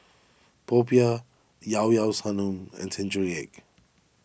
Popiah Llao Llao Sanum and Century Egg